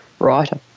writer